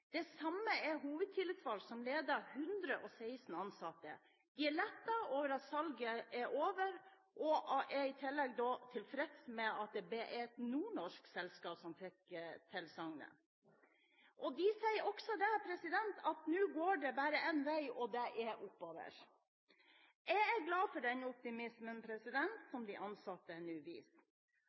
Det samme er hovedtillitsvalgt, som leder 116 ansatte. De er lettet over at salget er over, og er i tillegg tilfreds med at det ble et nordnorsk selskap som fikk tilsagnet. De sier også at nå går det bare én vei, og det er oppover. Jeg er glad for denne optimismen som de ansatte nå